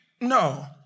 No